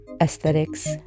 aesthetics